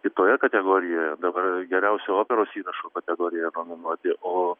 kitoje kategorijoje dabar geriausio operos įrašo kategorijoje nominuoti o